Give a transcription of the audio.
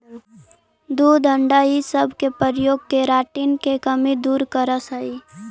दूध अण्डा इ सब के प्रयोग केराटिन के कमी दूर करऽ हई